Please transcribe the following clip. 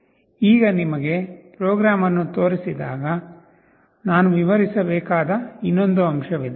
ಈಗ ನಿಮಗೆ ಪ್ರೋಗ್ರಾಂ ಅನ್ನು ತೋರಿಸಿವಾಗ ನಾನು ವಿವರಿಸಬೇಕಾದ ಇನ್ನೊಂದು ಅಂಶವಿದೆ